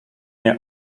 nie